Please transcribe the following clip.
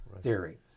theory